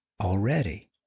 already